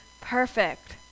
perfect